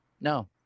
no